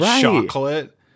chocolate